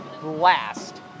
blast